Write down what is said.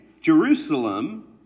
Jerusalem